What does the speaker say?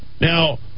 Now